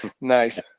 Nice